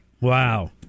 Wow